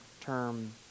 term